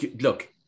look